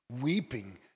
weeping